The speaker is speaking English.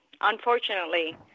Unfortunately